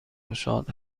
گشاد